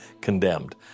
condemned